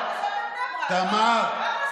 כמה קנסות בבני ברק.